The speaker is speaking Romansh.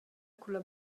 culla